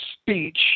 speech